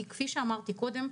כפי שאמרתי קודם,